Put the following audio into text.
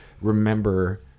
remember